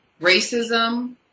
racism